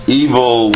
evil